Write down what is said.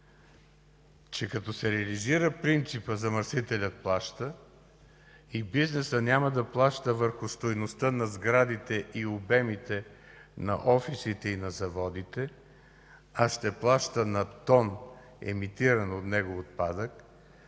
че като се реализира принципът „замърсителят плаща” и бизнесът няма да плаща върху стойността на сградите и обемите, на офисите и на заводите, а ще плаща на тон емитиран от него отпадък,